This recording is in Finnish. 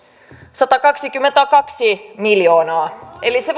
satakaksikymmentäkaksi miljoonaa eli se